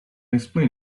explain